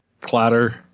clatter